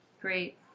Great